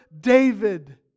David